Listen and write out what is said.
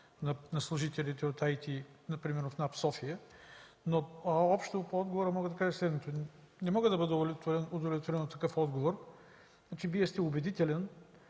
на служителите от IT, например в НАП – София. Общо за отговора мога да кажа следното: не мога да бъда удовлетворен от такъв отговор. Вие сте убедителен,